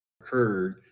occurred